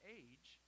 age